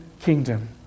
kingdom